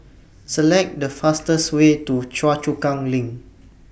Select The fastest Way to Choa Chu Kang LINK